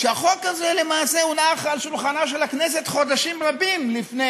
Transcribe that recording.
שהחוק הזה למעשה הונח על שולחנה של הכנסת חודשים רבים לפני